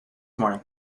morning